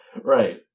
Right